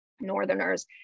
northerners